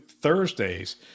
Thursdays